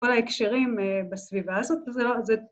‫כל ההקשרים אה.. בסביבה הזאת, ‫זה לא זה...